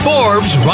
Forbes